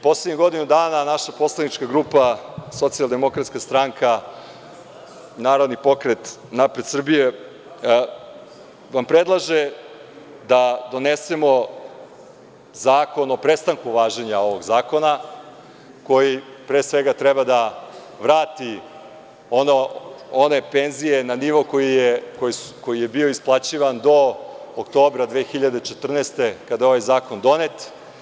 Poslednjih godinu dana naša poslanička grupa Socijaldemokratska stanka, Narodni pokret Napred Srbijo vam predlaže da donesemo zakon o prestanku važenja ovog zakona koji pre svega treba da vrati one penzije na nivo koji je bio isplaćivan do oktobra 2014. godine kada je zakon donet.